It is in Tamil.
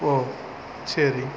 ஓ சரி